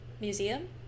Museum